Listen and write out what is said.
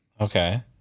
Okay